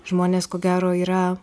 žmonės ko gero yra